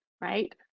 right